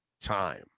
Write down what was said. time